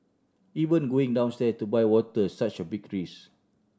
even going downstairs to buy water such a big risk